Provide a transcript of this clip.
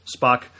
Spock